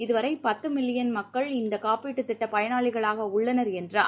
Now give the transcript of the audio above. இதுவரை பத்து மில்லியன் மக்கள் இந்தக் காப்பீடு திட்டப் பயணாளிகளாக உள்ளனர் என்றார்